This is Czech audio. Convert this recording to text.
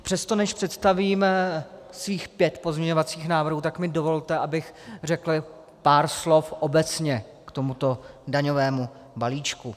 Přesto, než představím svých pět pozměňovacích návrhů, tak mi dovolte, abych řekl pár slov obecně k tomuto daňovému balíčku.